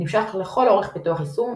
נמשך לכל אורך פיתוח יישום,